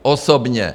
Osobně.